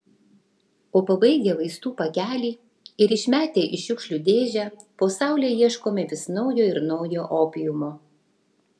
o pabaigę vaistų pakelį ir išmetę į šiukšlių dėžę po saule ieškome vis naujo ir naujo opiumo